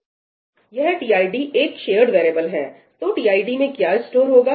यह tid एक shared variable है तो tid में क्या स्टोर होगा